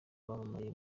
bamamaye